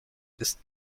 ist